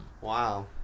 Wow